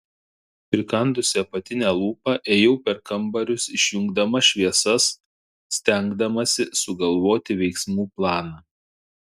prikandusi apatinę lūpą ėjau per kambarius išjungdama šviesas stengdamasi sugalvoti veiksmų planą